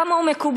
כמה הוא מקובל,